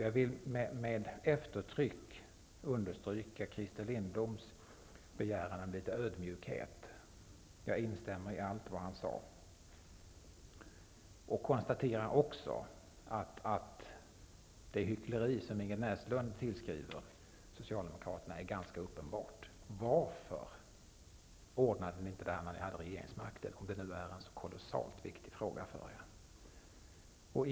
Jag vill med eftertryck understryka Christer Lindbloms begäran om litet ödmjukhet. Jag instämmer i allt vad han sade. Jag konstaterar också att det hyckleri som Ingrid Näslund tillskriver Socialdemokraterna är ganska uppenbart. Varför ordnade Socialdemokraterna inte detta när de hade regeringsmakten om det nu är en sådan kolossalt viktig fråga för dem?